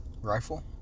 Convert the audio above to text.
Rifle